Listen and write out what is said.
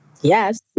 Yes